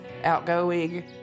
outgoing